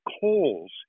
coals